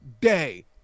day